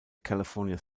california